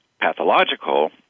pathological